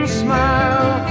smile